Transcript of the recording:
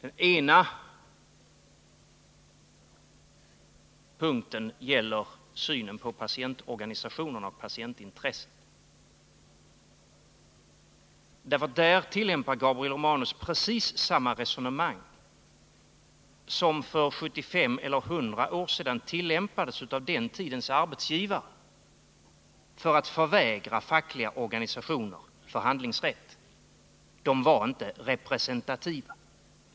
Det ena gäller synen på patientorganisationerna och patientintressena. Här tillämpar Gabriel Romanus precis samma resonemang som det som för 75 eller 100 år sedan tillämpades av den tidens arbetsgivare för att förvägra fackliga organisationer förhandlingsrätt: De är inte representantiva.